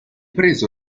preso